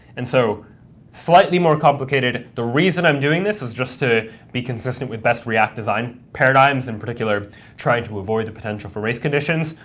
and so slightly more complicated. the reason i'm doing this is just to be consistent with best react design paradigms, in particular trying to avoid the potential for race conditions.